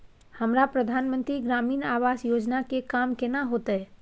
हमरा प्रधानमंत्री ग्रामीण आवास योजना के काम केना होतय?